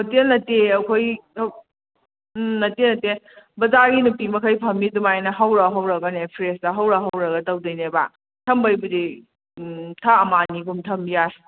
hotel ꯅꯠꯇꯦ ꯑꯩꯈꯣꯏꯒꯤ ꯅꯠꯇꯦ ꯅꯠꯇꯦ ꯕꯖꯥꯔꯒꯤ ꯅꯨꯄꯤ ꯃꯈꯩ ꯐꯝꯃꯤ ꯑꯗꯨꯃꯥꯏꯅ ꯍꯧꯔ ꯍꯧꯔꯒꯅꯦ ꯐ꯭ꯔꯦꯁꯇ ꯍꯧꯔ ꯍꯧꯔꯒ ꯇꯧꯗꯣꯏꯅꯦꯕ ꯊꯝꯕꯩꯕꯨꯗꯤ ꯊꯥ ꯑꯃ ꯑꯅꯤꯒꯨꯝ ꯊꯝꯕ ꯌꯥꯏ